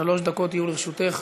שלוש דקות יהיו לרשותך.